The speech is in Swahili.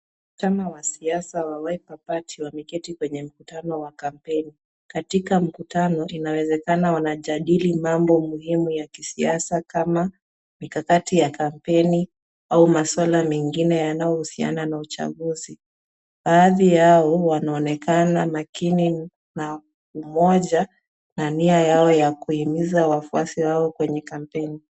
Wanachama wa kisiasa wa chama cha Wiper wakiwa wameketi kwenye kampeni. Katika mkutano, wanaonekana kujadili mambo ya maana ya kisiasa kama mikakati ya kampeni au maswala mengine yanayohusiana na uchaguzi. Baadhi yao wanaonekana wakiwa na umoja huku wengine wakihimiza wafuasi wao kwenye kampeni.